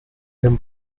them